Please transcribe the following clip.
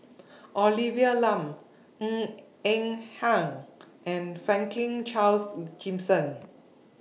Olivia Lum Ng Eng Hen and Franklin Charles Gimson